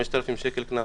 שקל קנס.